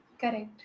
correct